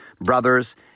brothers